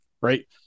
right